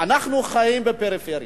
אנחנו חיים בפריפריה,